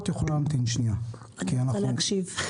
אני רוצה להקשיב.